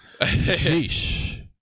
Sheesh